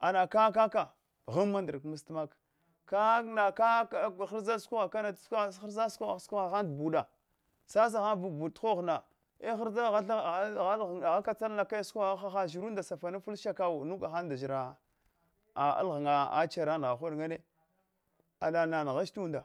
Ana kakaka ghmma nda rgga mstanmaka, kaka har sukagha sukogh han tabuɗa sasahan buɗ tuhogo, eharsa aha, aha katsallana ke tsukogha hahaɗ shirunda safanun fal, shaka undu gahan nda alghannya chere ngha ghwiɗe, ana nanghach ta umla,